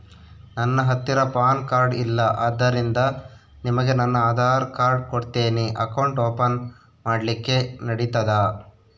ನನ್ನ ಹತ್ತಿರ PAN card ಇಲ್ಲ ಆದ್ದರಿಂದ ನಿಮಗೆ ನನ್ನ ಆಧಾರ್ ಕಾರ್ಡ್ ಕೊಡ್ತೇನಿ ಅಕೌಂಟ್ ಓಪನ್ ಮಾಡ್ಲಿಕ್ಕೆ ನಡಿತದಾ?